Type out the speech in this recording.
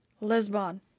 Lisbon